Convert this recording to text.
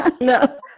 No